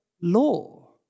law